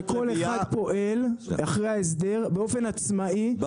כשכל אחד פועל אחרי ההסדר באופן עצמאי,